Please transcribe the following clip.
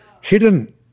hidden